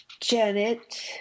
Janet